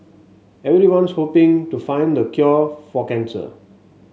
everyone's hoping to find the cure for cancer